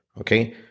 okay